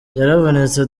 yaravunitse